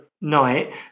night